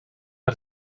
del